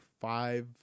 five